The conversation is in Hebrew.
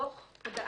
תודה.